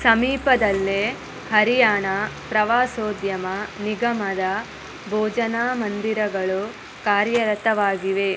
ಸಮೀಪದಲ್ಲೇ ಹರಿಯಾಣ ಪ್ರವಾಸೋದ್ಯಮ ನಿಗಮದ ಭೋಜನಾ ಮಂದಿರಗಳು ಕಾರ್ಯರತವಾಗಿವೆ